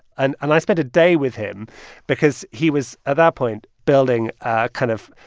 and and i spent a day with him because he was at that point building a kind of,